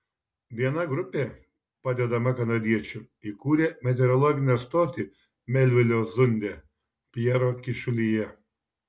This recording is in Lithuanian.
viena grupė padedama kanadiečių įkūrė meteorologinę stotį melvilio zunde pjero kyšulyje